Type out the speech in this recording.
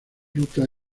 ruta